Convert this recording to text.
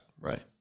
Right